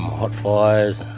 hot fires,